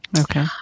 Okay